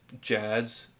jazz